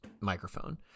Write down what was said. microphone